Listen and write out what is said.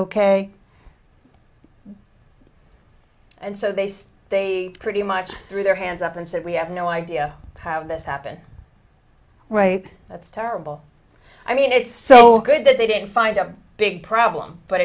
ok and so they say they pretty much threw their hands up and said we have no idea how this happened right that's terrible i mean it's so good that they didn't find a big problem but